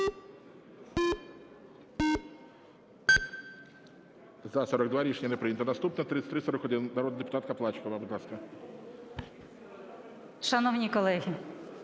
За-42 Рішення не прийнято. Наступна 3341. Народна депутатка Плачкова, будь ласка. 17:32:31